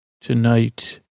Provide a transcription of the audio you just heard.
tonight